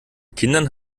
kindern